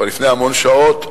כבר לפני המון שעות,